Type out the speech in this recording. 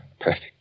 perfect